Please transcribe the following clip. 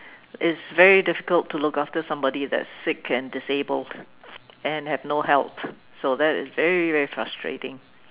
it's very difficult to look after somebody that's sick and disabled and have no help so there is very very frustrating